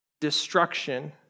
destruction